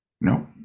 No